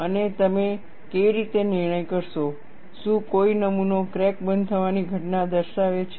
અને તમે કેવી રીતે નિર્ણય કરશો શું કોઈ નમૂનો ક્રેક બંધ થવાની ઘટના દર્શાવે છે